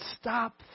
stop